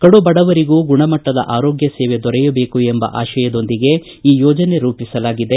ಕಡು ಬಡವರಿಗೂ ಗುಣಮಟ್ಟದ ಆರೋಗ್ಯ ಸೇವೆ ದೊರೆಯಬೇಕು ಎಂಬ ಆತಯದೊಂದಿಗೆ ಈ ಯೋಜನೆ ರೂಪಿಸಲಾಗಿದೆ